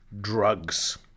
Drugs